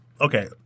Okay